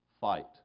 fight